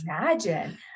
imagine